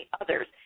others